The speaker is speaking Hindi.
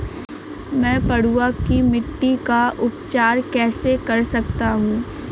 मैं पडुआ की मिट्टी का उपचार कैसे कर सकता हूँ?